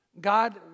God